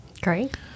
Great